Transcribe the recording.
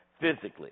physically